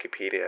Wikipedia